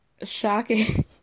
shocking